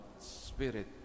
Spirit